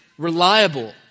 Reliable